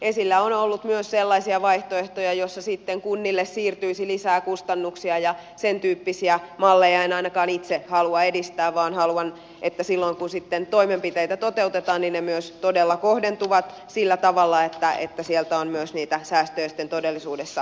esillä on ollut myös sellaisia vaihtoehtoja joissa sitten kunnille siirtyisi lisää kustannuksia ja sentyyppisiä malleja en ainakaan itse halua edistää vaan haluan että silloin kun sitten toimenpiteitä toteutetaan niin ne myös todella kohdentuvat sillä tavalla että sieltä on myös niitä säästöjä sitten todellisuudessa tulossa